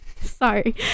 Sorry